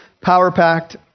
power-packed